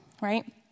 Right